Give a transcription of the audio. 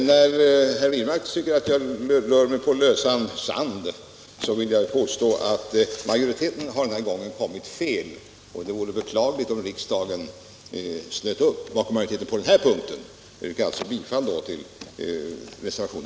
När herr Wirmark tycker att jag rör mig på lösan sand vill jag påstå att utskottets majoritet denna gång kommit fel. Det vore beklagligt om riksdagen slöt upp bakom utskottsmajoriteten på den här punkten.